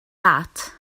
that